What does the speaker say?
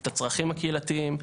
את הצרכים הקהילתיים.